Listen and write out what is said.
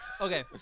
okay